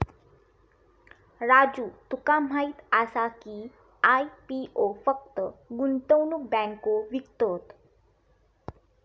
राजू तुका माहीत आसा की, आय.पी.ओ फक्त गुंतवणूक बँको विकतत?